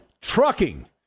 trucking